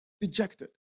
dejected